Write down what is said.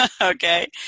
Okay